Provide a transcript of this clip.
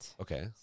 Okay